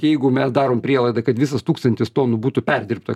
jeigu mes darom prielaidą kad visas tūkstantis tonų būtų perdirbta